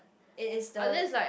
it is the